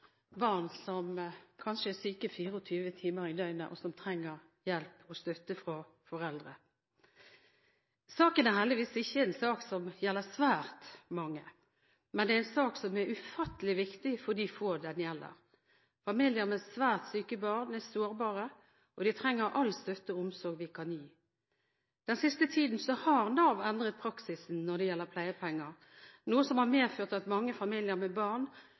barn, barn som kanskje er syke 24 timer i døgnet, og som trenger hjelp og støtte fra foreldre. Saken er heldigvis ikke en sak som gjelder svært mange, men det er en sak som er ufattelig viktig for de få det gjelder. Familier med svært syke barn er sårbare og trenger all støtte og omsorg vi kan gi. Den siste tiden har Nav endret praksisen når det gjelder pleiepenger, noe som har medført at mange familier med barn